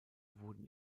wurden